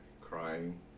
crying